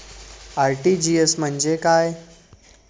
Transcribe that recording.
RTGS म्हणजे काय?